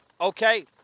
okay